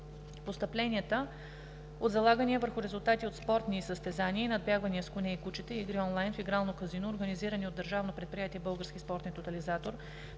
Постъпленията от залагания върху резултати от спортни състезания и надбягвания с коне и кучета и игри онлайн в игрално казино, организирани от Държавно предприятие „Български спортен тотализатор“,